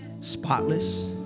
spotless